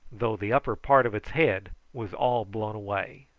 though the upper part of its head was all blown away.